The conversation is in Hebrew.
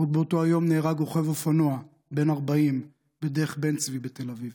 עוד באותו היום נהרג רוכב אופנוע בן 40 בדרך בן צבי בתל אביב.